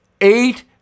eight